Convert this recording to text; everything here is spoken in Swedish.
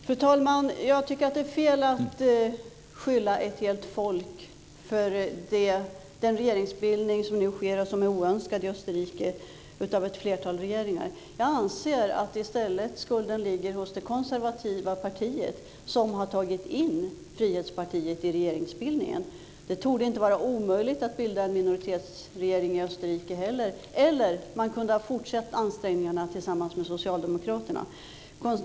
Herr talman! Jag tycker att det är fel att skylla ett helt folk för den regeringsbildning som nu sker i Österrike och som är oönskad av ett flertal regeringar. I stället anser jag att skulden ligger hos det konservativa partiet, som har tagit in Frihetspartiet i regeringsbildningen. Det torde inte vara omöjligt att bilda en minoritetsregering i Österrike heller. Man kunde också ha fortsatt ansträngningarna tillsammans med Socialdemokraterna.